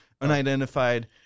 unidentified